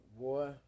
boy